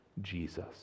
Jesus